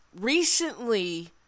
recently